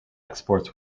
exports